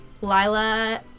Lila